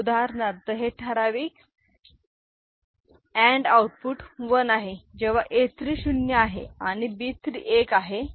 उदाहरणार्थ हे ठराविक अँड आउटपुट 1 आहे जेव्हा A3 शून्य आहे आणि B3 एक आहे